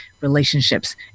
relationships